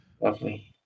Lovely